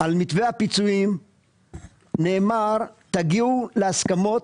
על מתווה הפיצויים נאמר תגיעו להסכמות,